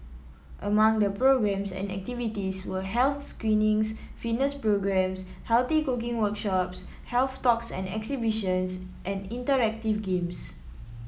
among the programmes and activities were health screenings fitness programmes healthy cooking workshops health talks and exhibitions and interactive games